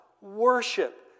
worship